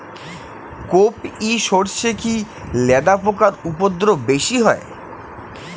কোপ ই সরষে কি লেদা পোকার উপদ্রব বেশি হয়?